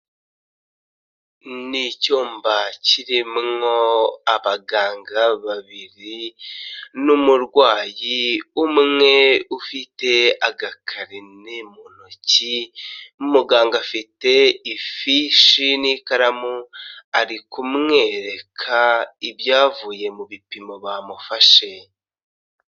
Ni icyumba kimwo abaganga babiri n'umurwayimwe ufite agakarine mu ntoki, muganga afite ifishi n'ikaramu ari kumwereka ibyavuye mu bipimo bamufashe.